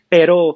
Pero